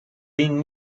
been